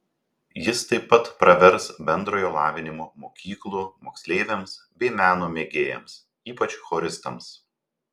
jis taip pat pravers bendrojo lavinimo mokyklų moksleiviams bei meno mėgėjams ypač choristams